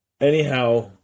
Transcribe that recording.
Anyhow